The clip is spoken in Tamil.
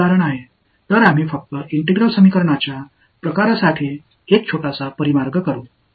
எனவே ஒருங்கிணைந்த சமன்பாடுகளின் வகைகளுக்கு ஒரு சிறிய மாற்றுப்பாதையை உருவாக்குவோம்